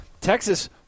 Texas